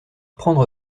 prendre